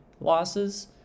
losses